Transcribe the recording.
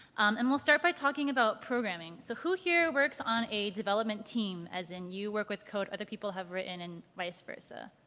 and we'll start by talking about programming. so who here works on a development team as in you work with code other people have written and vice versa,